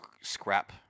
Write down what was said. scrap